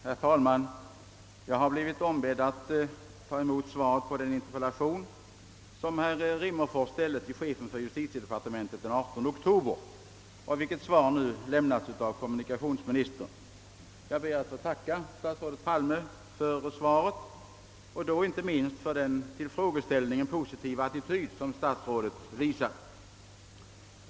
Herr talman! Jag har blivit ombedd att ta emot svaret på den interpellation som herr Rimmerfors den 18 oktober riktade till chefen för justitiedepartementet, ett svar som nu lämnats av kommunikationsministern. Jag ber att få tacka kommunikationsministern för svaret — och då inte minst för den positiva attityd till frågeställningen som statsrådet intagit.